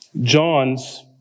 John's